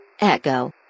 Echo